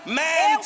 man